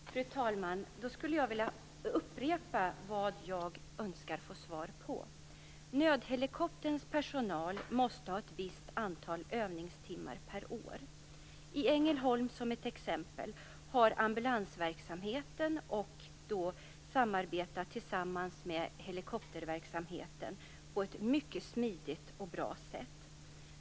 Fru talman! Jag skall därför upprepa vad jag önskar få svar på. Nödhelikopterns personal måste ha ett visst antal övningstimmar per år. I exempelvis Ängelholm har ambulansverksamheten samarbetat med helikopterverksamheten på ett mycket smidigt och bra sätt.